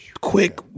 Quick